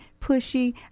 pushy